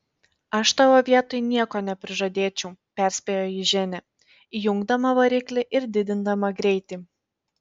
aš tavo vietoj nieko neprižadėčiau perspėjo jį ženia įjungdama variklį ir didindama greitį